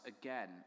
again